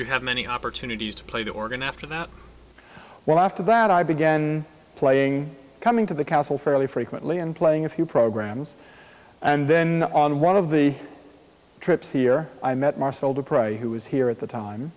you have many opportunities to play the organ after that well after that i began playing coming to the castle fairly frequently and playing a few programs and then on one of the trips here i met marcel the price who was here at the time